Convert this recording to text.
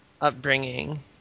upbringing